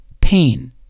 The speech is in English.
pain